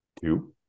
Two